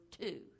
two